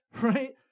Right